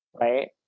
right